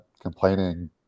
complaining